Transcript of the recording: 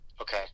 Okay